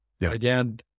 Again